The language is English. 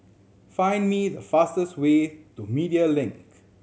find me the fastest way to Media Link